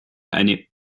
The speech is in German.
eine